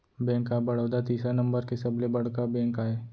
bank of Baroda तीसरा number के सबले बड़का बेंक आय